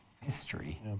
history